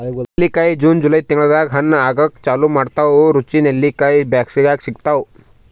ನೆಲ್ಲಿಕಾಯಿ June July ತಿಂಗಳ್ದಾಗ್ ಹಣ್ಣ್ ಆಗೂಕ್ ಚಾಲು ಮಾಡ್ತಾವ್ ರುಚಿ ನೆಲ್ಲಿಕಾಯಿ ಬ್ಯಾಸ್ಗ್ಯಾಗ್ ಸಿಗ್ತಾವ್